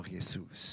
Jesus